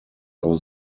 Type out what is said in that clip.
auch